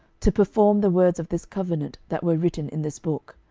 to perform the words of this covenant that were written in this book.